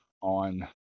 on